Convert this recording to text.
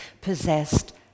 possessed